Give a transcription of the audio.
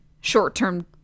short-term